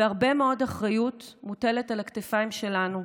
והרבה מאוד אחריות מוטלת על הכתפיים שלנו,